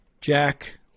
Jack